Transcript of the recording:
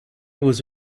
was